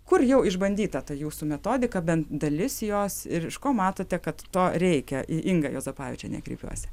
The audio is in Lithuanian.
kur jau išbandyta tą jūsų metodika bent dalis jos ir iš ko matote kad to reikia į ingą juozapavičienę kreipiuosi